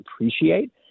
appreciate